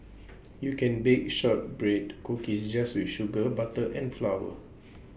you can bake Shortbread Cookies just with sugar butter and flour